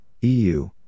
EU